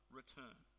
return